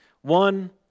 one